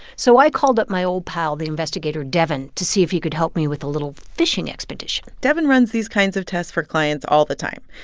so i called up my old pal, the investigator devon, to see if he could help me with a little phishing expedition devon runs these kinds of tests for clients all the time.